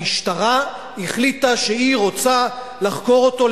המשטרה החליטה שהיא רוצה לחקור אותו,